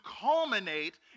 culminate